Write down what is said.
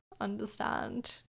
understand